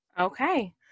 Okay